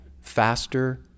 faster